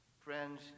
friends